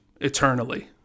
eternally